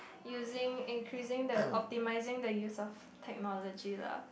using increasing the optimising the use of technology lah